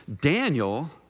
Daniel